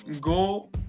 go